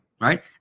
right